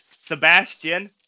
Sebastian